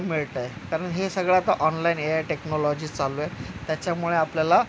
मिळतं आहे कारण हे सगळं आता ऑनलाईन ए आय टेक्नॉलॉजी चालू आहे त्याच्यामुळे आपल्याला